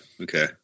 okay